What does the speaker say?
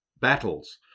battles